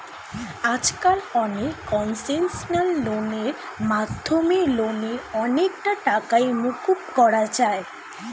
আজকাল অনেক কনসেশনাল লোনের মাধ্যমে লোনের অনেকটা টাকাই মকুব করা যায়